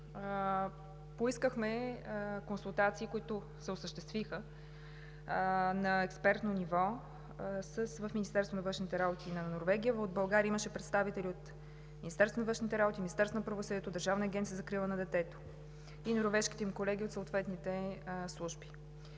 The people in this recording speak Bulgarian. поискахме консултации, които се осъществиха на експертно ниво в Министерството на външните работи на Норвегия. България имаше представители от Министерството на външните работи, Министерството на правосъдието, Държавната агенция за закрила на детето и норвежките им колеги от съответните служби.